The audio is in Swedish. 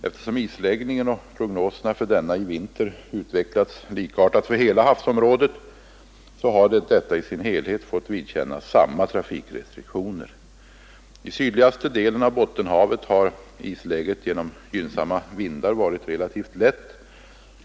Eftersom isläggningen och prognoserna för denna utvecklats likartat för hela havsområdet, har detta i sin helhet fått vidkännas samma trafikrestriktioner. I sydligaste delen av Bottenhavet har isläggningen genom gynnsamma vindar varit relativt lätt.